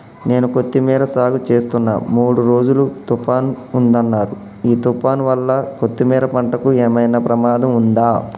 నేను కొత్తిమీర సాగుచేస్తున్న మూడు రోజులు తుఫాన్ ఉందన్నరు ఈ తుఫాన్ వల్ల కొత్తిమీర పంటకు ఏమైనా ప్రమాదం ఉందా?